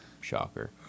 Shocker